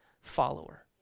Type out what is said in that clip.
follower